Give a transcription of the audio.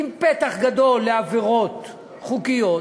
עם פתח גדול לעבירות חוקיות.